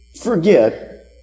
forget